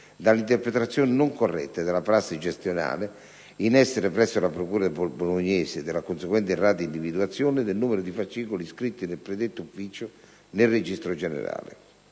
dall'interpretazione non corretta della prassi gestionale in essere presso la procura bolognese e dalla conseguente errata individuazione del numero di fascicoli iscritti dal predetto ufficio giudiziario nel Registro generale.